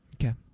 Okay